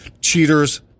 cheaters